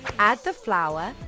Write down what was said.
add the flour,